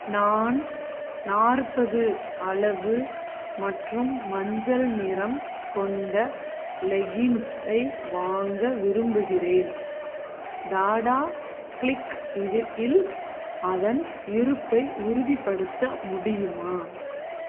நான் நாற்பது அளவு மற்றும் மஞ்சள் நிறம் கொண்ட லெகின்ஸ்ஸை வாங்க விரும்புகின்றேன் டாடா க்ளிக் இதில் இல் அதன் இருப்பை உறுதிபடுத்த முடியுமா